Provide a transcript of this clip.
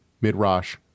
Midrash